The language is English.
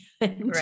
right